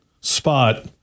spot